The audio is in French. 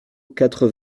quatre